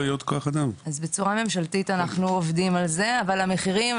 אז בצורה ממשלתית אנחנו עובדים על זה אבל המחירים,